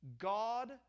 God